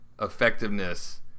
effectiveness